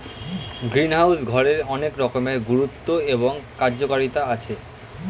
greenhouse ঘরের অনেক রকমের গুরুত্ব এবং কার্যকারিতা আছে